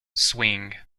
swing